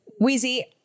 Wheezy